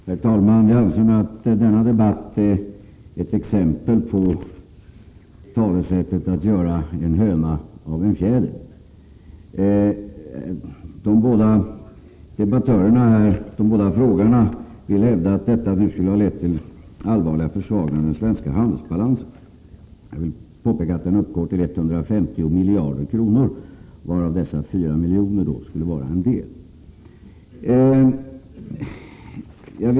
Herr talman! Jag anser att denna debatt nog är ett exempel på talesättet att ”göra en höna av en fjäder”. De båda frågeställarna vill hävda att det skedda skulle halett till allvarliga försvagningar av den svenska handelsbalansen. Jag vill påpeka att den uppgår till 150 miljarder kronor, varav dessa 4 miljoner skulle vara en del.